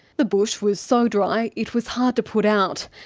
the bush was so dry it was hard to put out,